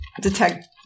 detect